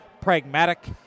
pragmatic